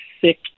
sick